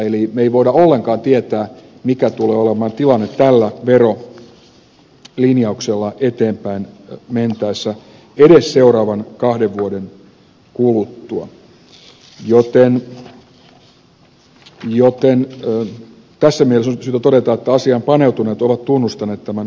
eli me emme voi ollenkaan tietää mikä tulee olemaan tilanne tällä verolinjauksella eteenpäin mentäessä edes seuraavan kahden vuoden kuluttua joten tässä mielessä on syytä todeta että asiaan paneutuneet ovat tunnustaneet tämän ongelmallisuuden